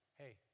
hey